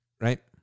Right